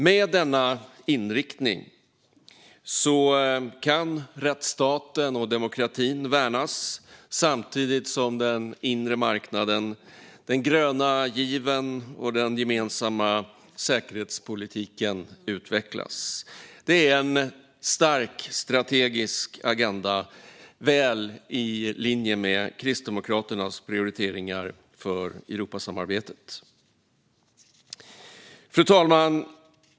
Med denna inriktning kan rättsstaten och demokratin värnas samtidigt som den inre marknaden, den gröna given och den gemensamma säkerhetspolitiken utvecklas. Det är en stark strategisk agenda väl i linje med Kristdemokraternas prioriteringar för Europasamarbetet. Fru talman!